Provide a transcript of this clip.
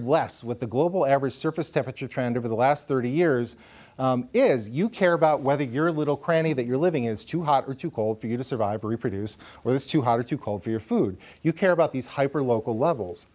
less what the global ever surface temperature trend over the last thirty years is you care about whether your little cranny that you're living is too hot or too cold for you to survive or reproduce where it's too hot or too cold for your food you care about these hyper local levels